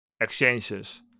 exchanges